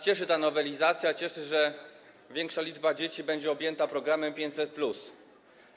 Cieszy nas ta nowelizacja, cieszy, że większa liczba dzieci będzie objęta programem 500+.